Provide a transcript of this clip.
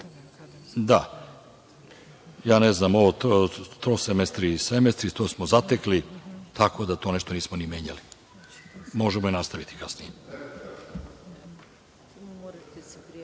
potrebno. Ne znam ovo trosemestri i semestri, to smo zatekli, tako da to nešto nismo ni menjali. Možemo i nastaviti kasnije.